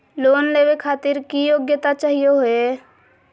Loan लेवे खातीर की योग्यता चाहियो हे?